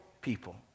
people